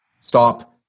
stop